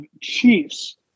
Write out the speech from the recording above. Chiefs